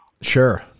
Sure